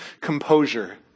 composure